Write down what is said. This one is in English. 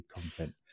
content